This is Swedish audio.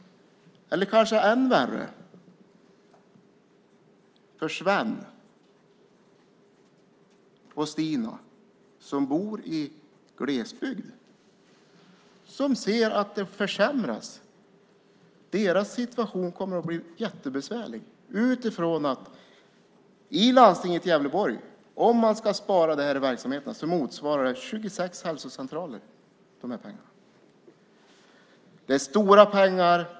Det kanske är än värre för Sven och Stina som bor i glesbygd och ser att det försämras. Deras situation kommer att bli jättebesvärlig utifrån att om man ska spara så här mycket i verksamheten i landstinget i Gävleborg motsvarar de här pengarna 26 hälsocentraler. Det är stora pengar.